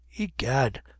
egad